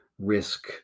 risk